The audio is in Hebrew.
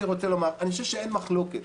אני חושב שאין מחלוקת